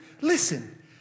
listen